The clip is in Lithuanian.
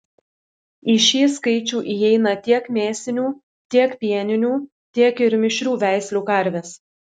į šį skaičių įeina tiek mėsinių tiek pieninių tiek ir mišrių veislių karvės